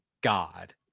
God